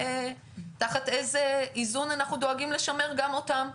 תחת איזה איזון אנחנו דואגים לשמר גם אותם.